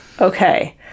Okay